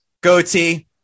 goatee